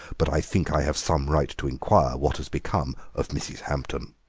but i think i have some right to inquire what has become of mrs. hampton.